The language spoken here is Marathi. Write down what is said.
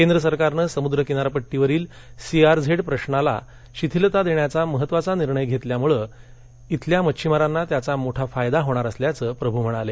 केंद्र सरकारनं समुद्र किनारपट्टीवर सीआरझेड प्रश्नाला शिथिलता देण्याचा महत्त्वाचा निर्णय घेतल्यामूळं इथल्या मच्छीमारांना त्याचा मोठा फायदा होणार असल्याचं प्रभू म्हणाले